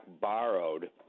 borrowed